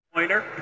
Pointer